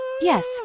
Yes